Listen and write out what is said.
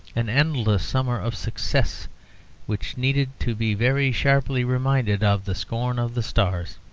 an endless summer of success which needed to be very sharply reminded of the scorn of the stars.